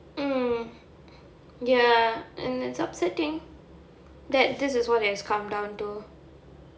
mm ya and it's upsetting that this is what it has come down to